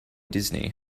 disney